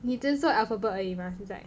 你只是做 alphabet 而已吗现在